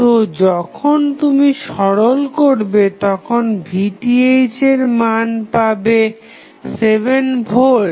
তো যখন তুমি সরল করবে তখন Vth এর মান পাবে 7 ভোল্ট